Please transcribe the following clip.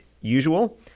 usual